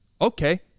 Okay